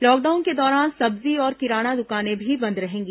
lockdown के दौरान सब्जी और किराना दुकानें भी बंद रहेंगी